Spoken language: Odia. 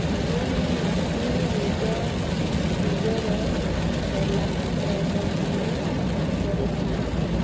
ସେମାନେ ଆସି ନିଜ ନିଜର କଳା ପ୍ରଦର୍ଶନ କରିଥାନ୍ତି